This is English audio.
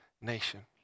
nation